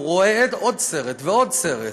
הוא רואה עוד סרט ועוד סרט.